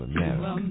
America